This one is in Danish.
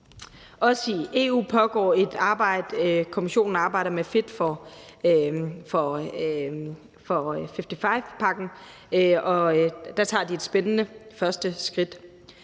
Også i EU pågår et arbejde. Kommissionen arbejder med Fit for 55-pakken, og der tager de et spændende første skridt.